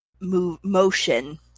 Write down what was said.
motion